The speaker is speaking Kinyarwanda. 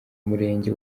umurenge